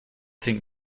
think